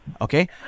Okay